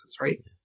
right